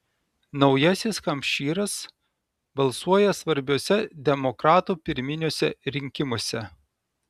naujasis hampšyras balsuoja svarbiuose demokratų pirminiuose rinkimuose